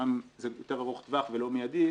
זה יותר ארוך טווח ולא מידי,